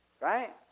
Right